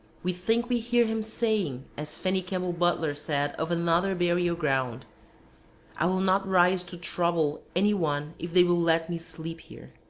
we think we hear him saying, as fanny kemble butler said of another burial-ground i will not rise to trouble any one if they will let me sleep here.